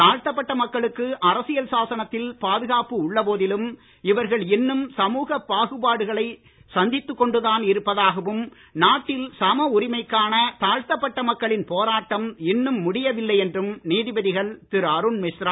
தாழ்த்தப்பட்ட மக்களுக்கு அரசியல் சானத்தில் பாதுகாப்பு உள்ள போதிலும் இவர்கள் இன்னும் சமூகப் பாகுபாடுகளை சந்தித்துக் கொண்டு தான் இருப்பதாகவும் நாட்டில் சம உரிமைக்கான தாழ்த்தப்பட்ட மக்களின் போராட்டம் இன்னும் முடியவில்லை என்றும் நீதிபதிகள் திரு அருண் மிஸ்ரா